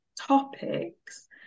topics